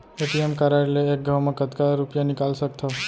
ATM card ले एक घव म कतका रुपिया निकाल सकथव?